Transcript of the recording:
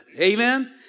amen